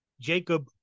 Jacob